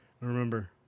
Remember